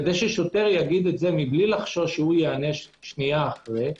כדי ששוטר יגיד את זה מבלי לחשוש שייענש שנייה אחרי,